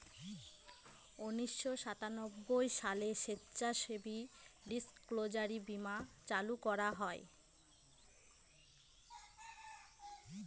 উনিশশো সাতানব্বই সালে স্বেচ্ছাসেবী ডিসক্লোজার বীমা চালু করা হয়